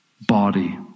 body